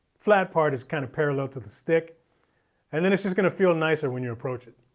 flat part is kind of parallel to the stick and then it's just gonna feel nicer when you approach it.